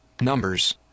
Numbers